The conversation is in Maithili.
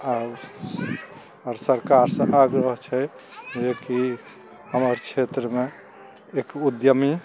आओर सरकारसँ आग्रह छै जेकि हमर क्षेत्रमे एक उद्यमी